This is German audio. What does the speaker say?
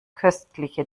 köstliche